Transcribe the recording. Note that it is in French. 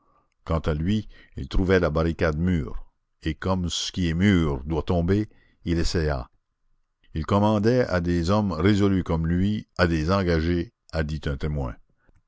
quant à lui il trouvait la barricade mûre et comme ce qui est mûr doit tomber il essaya il commandait à des hommes résolus comme lui à des enragés a dit un témoin